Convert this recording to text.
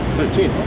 Thirteen